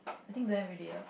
I think don't have already lah